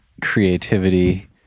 creativity